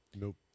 nope